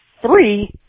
three